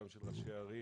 גם של ראשי ערים,